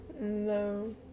No